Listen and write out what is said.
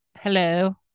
Hello